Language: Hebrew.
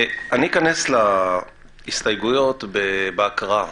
אני אכנס בהסתייגויות בהקראה.